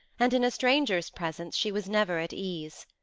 and in a stranger's presence she was never at ease.